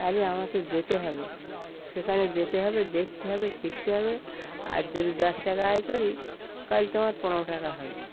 তাহলে আমাকে যেতে হবে সেখানে যেতে হবে দেখতে হবে শিখতে হবে আজ যদি দশ টাকা আয় করি কাল তোমার পনের টাকা হবে